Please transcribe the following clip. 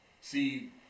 see